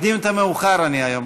אני מקדים את המאוחר היום.